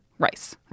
Rice